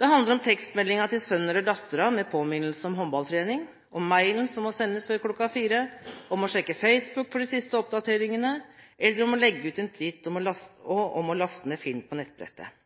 Det handler om tekstmeldingen til sønnen eller datteren med påminnelse om håndballtreningen, om mailen som må sendes før klokken fire, om å sjekke Facebook for de siste oppdateringene, om å legge ut en «tweet» eller å laste ned film på nettbrettet. Men det kan også handle om å